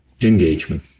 engagement